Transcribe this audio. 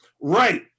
right